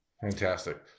Fantastic